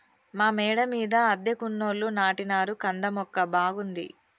మా మేడ మీద అద్దెకున్నోళ్లు నాటినారు కంద మొక్క బాగుంది